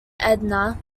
edna